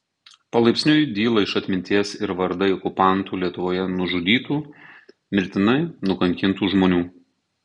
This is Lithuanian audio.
palaipsniui dyla iš atminties ir vardai okupantų lietuvoje nužudytų mirtinai nukankintų žmonių